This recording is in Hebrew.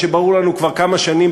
מה שברור לנו כבר כמה שנים,